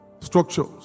Structures